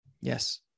Yes